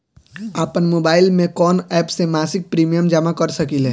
आपनमोबाइल में कवन एप से मासिक प्रिमियम जमा कर सकिले?